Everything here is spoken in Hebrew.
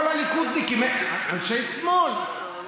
כל הליכודניקים הם אנשי שמאל.